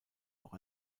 auch